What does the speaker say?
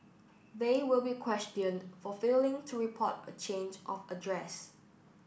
they will be questioned for failing to report a change of address